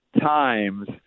times